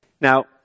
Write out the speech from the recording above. Now